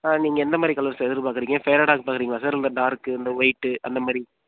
ஆ நீங்கள் எந்த மாதிரி கலர் சார் எதிர்பார்க்குறிங்க ஃபேரடா பார்க்குறிங்களா சார் இந்த டார்க்கு இந்த ஒயிட்டு அந்த மாதிரி